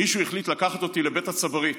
מישהו החליט לקחת אותי לבית הצברית,